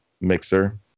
mixer